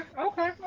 Okay